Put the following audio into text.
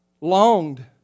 longed